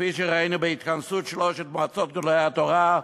כפי שראינו בהתכנסות שלוש מועצות גדולי התורה,